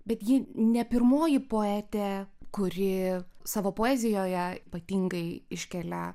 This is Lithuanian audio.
bet ji ne pirmoji poetė kuri savo poezijoje ypatingai iškelia